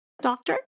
doctor